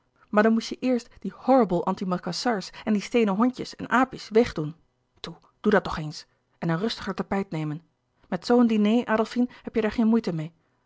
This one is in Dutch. maar dan moest je eerst die horrible antimacassars en die steenen hondjes en aapjes wegdoen toe doe dat toch eens en een rustiger tapijt nemen met zoo een diner adolfine heb je daar geen moeite meê